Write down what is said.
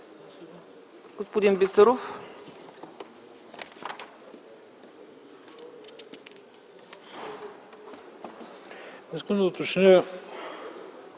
Господин Бисеров,